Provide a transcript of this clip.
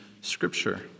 Scripture